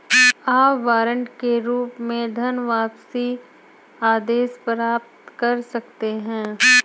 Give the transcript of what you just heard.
आप वारंट के रूप में धनवापसी आदेश प्राप्त कर सकते हैं